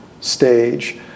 stage